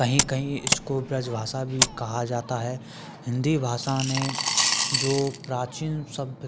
कहीं कहीं इसको ब्रज भाषा भी कहा जाता है हिंदी भाषा ने जो प्राचीन सभ